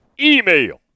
email